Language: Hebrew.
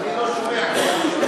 אני לא שומע כלום.